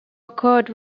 accord